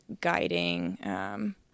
guiding